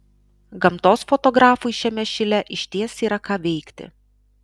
gamtos fotografui šiame šile išties yra ką veikti